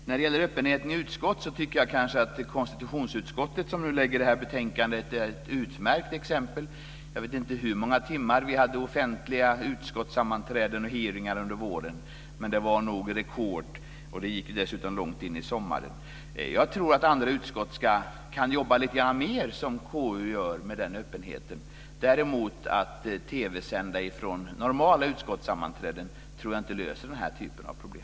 När det gäller öppenheten i utskotten tycker jag kanske att konstitutionsutskottet, som nu lägger fram det här betänkandet, är ett utmärkt exempel. Jag vet inte hur många timmar vi hade offentliga utskottssammanträden och hearingar under våren, med det var nog rekord. Det gick dessutom långt in på sommaren. Jag tror att andra utskott kan jobba lite mer som KU gör med den öppenheten. Däremot tror jag inte att det löser den här typen av problem att TV sända från normala utskottssammanträden.